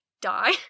die